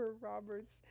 Roberts